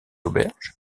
auberge